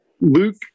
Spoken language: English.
Luke